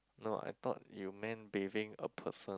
no I thought you meant bathing a person